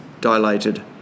dilated